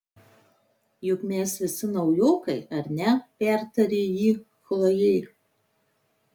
juk mes visi naujokai ar ne pertarė jį chlojė